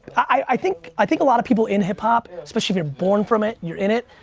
i think i think a lot of people in hip hop, especially if you're born from it, you're in it,